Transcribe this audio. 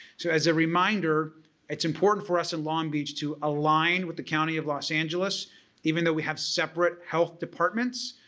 so as a reminder it's important for us in long beach to align with the county of los angeles even though we have separate health departments,